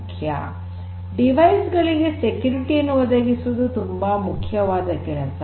ಸಾಧನಗಳಿಗೆ ಭದ್ರತೆಯನ್ನು ಒದಗಿಸುವುದು ತುಂಬಾ ಮುಖ್ಯವಾದ ಕೆಲಸ